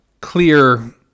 clear